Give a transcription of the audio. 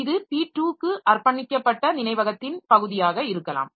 இது p2 க்கு அர்ப்பணிக்கப்பட்ட நினைவகத்தின் பகுதியாக இருக்கலாம்